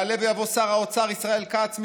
יעלה ויבוא שר האוצר ישראל כץ,